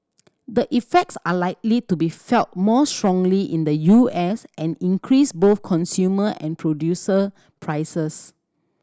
the effects are likely to be felt more strongly in the U S and increase both consumer and producer prices